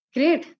Great